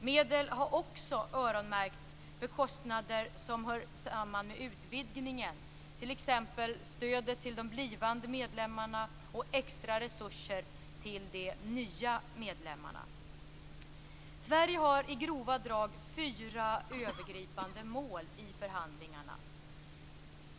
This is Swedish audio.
Medel har också öronmärkts för kostnader som hör samman med utvidgningen, t.ex. stödet till de blivande medlemmarna och extra resurser till de nya medlemmarna. Sverige har i grova drag fyra övergripande mål i förhandlingarna.